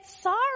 sorry